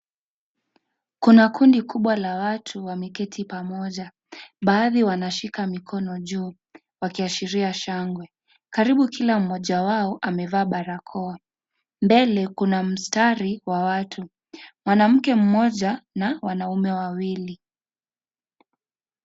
Kuna kundi kubwa la watu wameketi pamoja baadhi wanashika mikono juu wakiashiria shangwe, karibu kila mmoja wao amevaa barakoa mbele kuna mstari wa watu mwanamke mmoja na wanaume wawili.